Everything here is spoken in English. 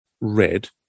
red